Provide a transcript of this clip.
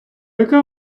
яка